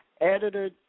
Editor